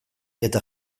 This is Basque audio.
eta